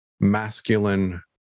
masculine